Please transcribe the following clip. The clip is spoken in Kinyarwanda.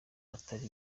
atari